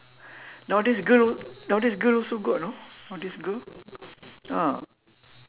nowadays girl nowadays girl also got you know nowadays girl ah